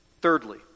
Thirdly